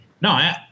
No